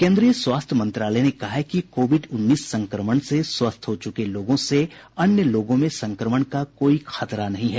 केन्द्रीय स्वास्थ्य मंत्रालय ने कहा है कि कोविड उन्नीस संक्रमण से स्वस्थ हो चुके लोगों से अन्य लोगों में संक्रमण का कोई खतरा नहीं है